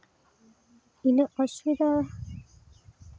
ᱩᱱᱟᱹᱜ ᱚᱥᱩᱵᱤᱫᱷᱟ